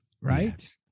right